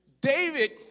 David